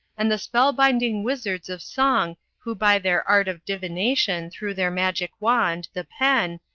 and the spell-binding wizards of song who by their art of divination through their magic wand, the pen,